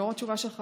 לאור התשובה שלך,